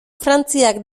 frantziak